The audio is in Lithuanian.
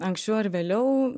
anksčiau ar vėliau